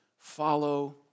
Follow